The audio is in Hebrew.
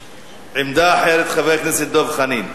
עמדה אחרת, חבר הכנסת דב חנין.